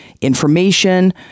information